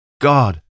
God